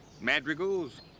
madrigals